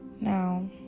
now